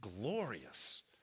glorious